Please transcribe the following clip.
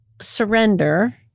surrender